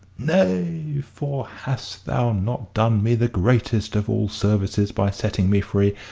nay, for hast thou not done me the greatest of all services by setting me free?